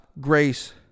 grace